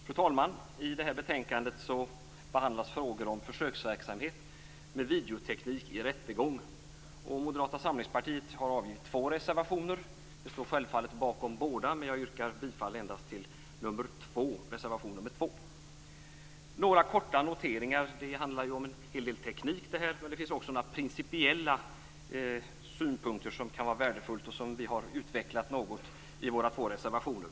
Fru talman! I det här betänkandet behandlas frågor om försöksverksamhet med videoteknik i rättegång. Moderata samlingspartiet har avgivit två reservationer. Jag står självfallet bakom båda men jag yrkar bifall endast till reservation nr 2. Först några korta noteringar. Det handlar om en hel del teknik här men det finns också några principiella synpunkter som kan vara värdefulla och som vi har utvecklat något i våra två reservationer.